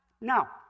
Now